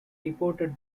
deported